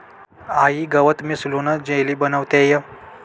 आई गवत मिसळून जेली बनवतेय